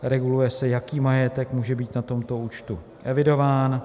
Reguluje se, jaký majetek může být na tomto účtu evidován.